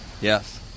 Yes